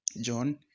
John